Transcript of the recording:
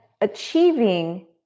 achieving